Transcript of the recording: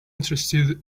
interested